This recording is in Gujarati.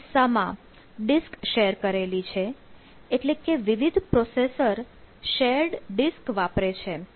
બીજા કિસ્સામાં ડિસ્ક શેર કરેલી છે એટલે વિવિધ પ્રોસેસર શેર્ડ ડિસ્ક વાપરે છે